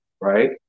right